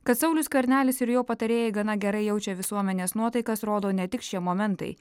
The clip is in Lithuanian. kad saulius skvernelis ir jo patarėjai gana gerai jaučia visuomenės nuotaikas rodo ne tik šie momentai